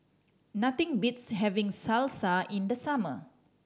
nothing beats having Salsa in the summer